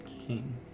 king